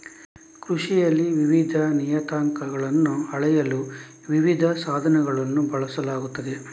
ಕೃಷಿಯಲ್ಲಿ ವಿವಿಧ ನಿಯತಾಂಕಗಳನ್ನು ಅಳೆಯಲು ವಿವಿಧ ಸಾಧನಗಳನ್ನು ಬಳಸಲಾಗುತ್ತದೆ